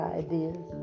ideas